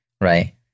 Right